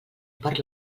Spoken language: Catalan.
per